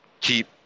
keep